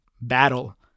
battle